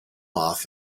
off